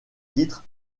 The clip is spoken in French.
titres